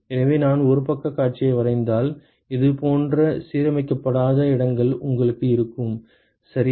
எனவே நான் ஒரு பக்கக் காட்சியை வரைந்தால் இது போன்ற சீரமைக்கப்படாத இடங்கள் உங்களுக்கு இருக்கும் சரியா